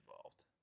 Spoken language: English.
involved